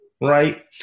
right